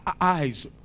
eyes